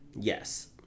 Yes